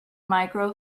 mirco